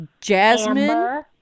jasmine